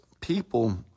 people